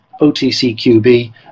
otcqb